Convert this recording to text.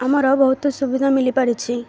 ଆମର ବହୁତ ସୁବିଧା ମିଳିପାରିଛି